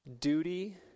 duty